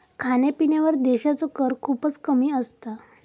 खाण्यापिण्यावर देशाचो कर खूपच कमी असता